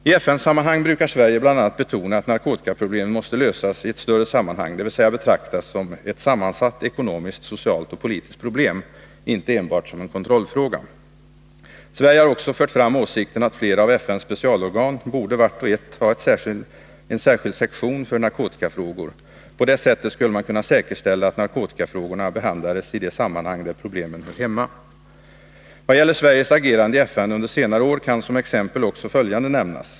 I FN-sammanhang brukar Sverige bl.a. betona att narkotikaproblemen måste lösas i ett större sammanhang, dvs. betraktas som ett sammansatt ekonomiskt, socialt och politiskt problem — inte enbart som en kontrollfråga. Sverige har också fört fram åsikten att flera av FN:s specialorgan borde vart och ett ha en särskild sektion för narkotikafrågor. På det sättet skulle man kunna säkerställa att narkotikafrågorna behandlades i de sammanhang där problemen hör hemma. Vad gäller Sveriges agerande i FN under senare år kan som exempel också följande nämnas.